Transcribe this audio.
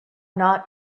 not